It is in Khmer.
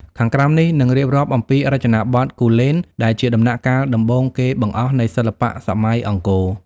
ខាងក្រោមនេះនឹងរៀបរាប់អំពីរចនាបថគូលែន ដែលជាដំណាក់កាលដំបូងគេបង្អស់នៃសិល្បៈសម័យអង្គរ។